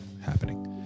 happening